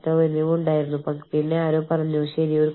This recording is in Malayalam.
എത്ര തവണ നമുക്ക് അവരെ പേരുകൊണ്ട് ഓർക്കാൻ കഴിയും